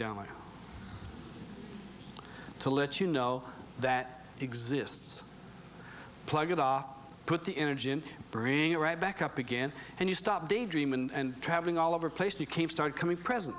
down to let you know that exists plug it off put the energy and bring it right back up again and you stop daydream and traveling all over place you came started coming present